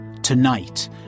Tonight